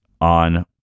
on